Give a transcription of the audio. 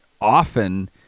often